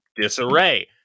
disarray